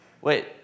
Wait